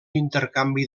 intercanvi